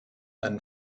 einen